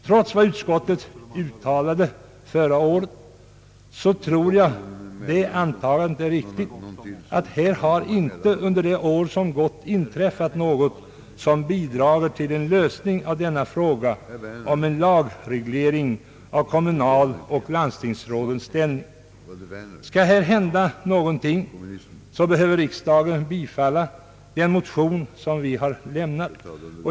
Trots utskottets uttalande förra året tror jag det antagandet är riktigt att under det år som har gått inte något har inträffat som har bidragit till en lösning av problemet med en lagreglering av kommunaloch landstingsrådens ställning. Skall här hända någonting, måste riksdagen bifalla den motion som vi har lämnat.